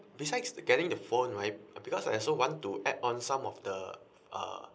besides getting the phone right because I also want to add on some of the uh